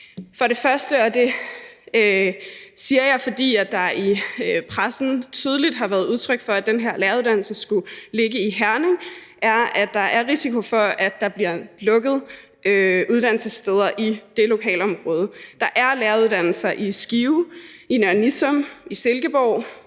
For det første, og det siger jeg, fordi der i pressen tydeligt har været givet udtryk for, at den her læreruddannelse skulle ligge i Herning, er der risiko for, at der bliver lukket uddannelsessteder i det lokalområde. Der er læreruddannelser i Skive, Nørre Nissum, Silkeborg,